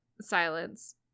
Silence